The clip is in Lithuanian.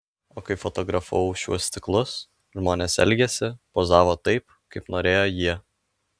o kai fotografavau šiuos ciklus žmonės elgėsi pozavo taip kaip norėjo jie